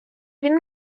він